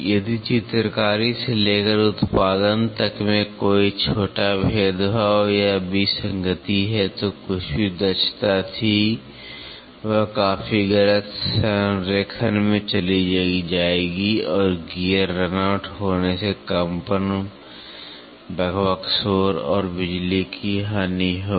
यदि चित्रकारी से लेकर उत्पादन तक में कोई छोटा भेदभाव या विसंगति है तो जो कुछ भी दक्षता थी वह काफी गलत संरेखण में चली जाएगी और गियर रन आउट होने से कंपन बकबक शोर और बिजली की हानि होगी